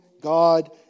God